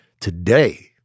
today